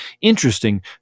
Interesting